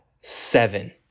seven